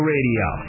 Radio